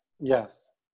Yes